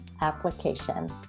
application